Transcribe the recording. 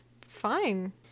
fine